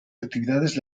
actividades